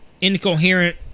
Incoherent